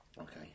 Okay